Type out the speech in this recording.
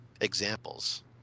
examples